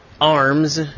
arms